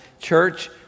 church